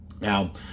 Now